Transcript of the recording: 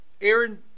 Aaron